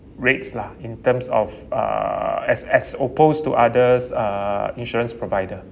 rates lah in terms of uh as as opposed to others uh insurance provider